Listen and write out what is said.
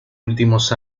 últimos